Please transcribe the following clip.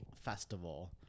festival